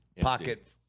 pocket